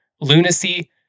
lunacy